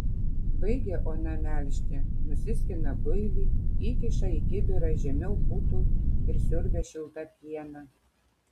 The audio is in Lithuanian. baigia ona melžti nusiskina builį įkiša į kibirą žemiau putų ir siurbia šiltą pieną